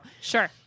Sure